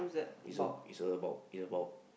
is a is about it's about